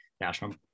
National